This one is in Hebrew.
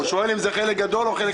הוא שואל אם זה חלק גדול או חלק קטן.